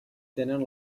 tenen